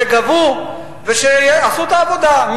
שגבו ושעשו את העבודה,